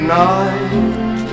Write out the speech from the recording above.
night